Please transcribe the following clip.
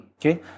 Okay